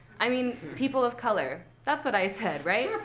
i mean, people of color. that's what i said, right